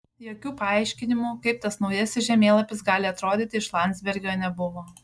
jokių paaiškinimų kaip tas naujasis žemėlapis gali atrodyti iš landsbergio nebuvo